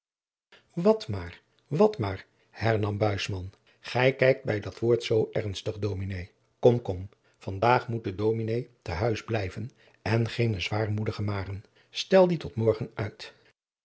wat maar wat maar hernam buisman gij kijkt bij dat woord zoo ernstig dominé kom kom van daag moet de dominé te huis blijven en geene zwaarmoedige maren stel die tot morgen uit